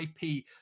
IP